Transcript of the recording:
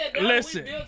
listen